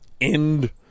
end